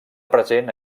present